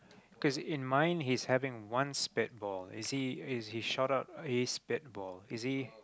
cause in mine he's having one spitball is he is he short of any spitball is he